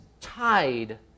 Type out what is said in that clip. tied